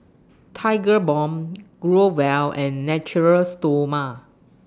Tigerbalm Growell and Natura Stoma